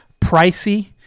pricey